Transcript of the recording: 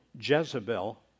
Jezebel